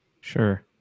Sure